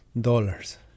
dollars